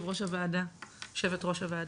יושבת-ראש הוועדה,